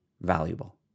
valuable